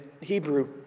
Hebrew